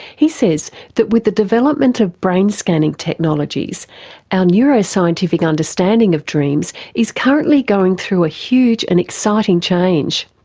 he says that with the development of brain scanning technologies technologies our neuro-scientific understanding of dreams is currently going through a huge and exciting change.